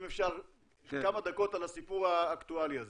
אם אפשר כמה דקות על הסיפור האקטואלי הזה.